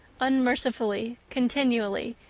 unmercifully, continually,